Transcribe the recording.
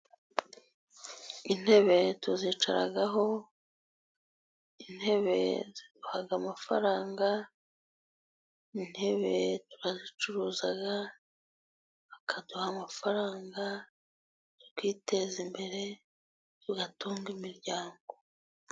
Intebe tuzicaraho, intebe ziduha amafaranga, intebe turazicuruza bakakaduha amafaranga tukiteza imbere, tugatunga imiryango.